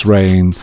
Rain